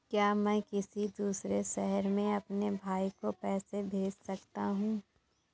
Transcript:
क्या मैं किसी दूसरे शहर में अपने भाई को पैसे भेज सकता हूँ?